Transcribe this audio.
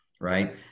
right